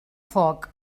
foc